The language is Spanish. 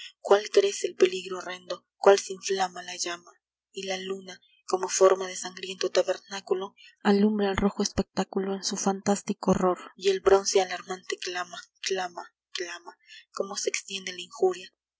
cuál crece el peligro horrendo cuál se inflama la llama y la luna como forma de sangriento tabernáculo alumbra el rojo espectáculo en su fantástico horror y el bronce alarmante clama clama clama como se extiende la injuria